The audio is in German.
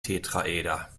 tetraeder